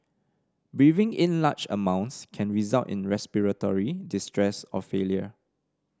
breathing in large amounts can result in respiratory distress or failure